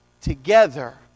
together